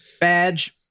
badge